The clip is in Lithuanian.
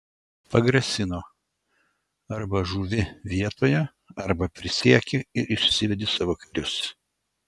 pagrasino arba žūvi vietoje arba prisieki ir išsivedi savo karius